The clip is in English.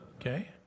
Okay